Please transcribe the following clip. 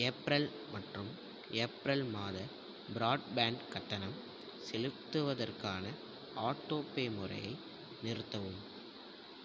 April மற்றும் April மாத broadband கட்டணம் செலுத்துவதற்கான ஆட்டோபே முறையை நிறுத்தவும்